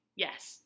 Yes